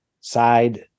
side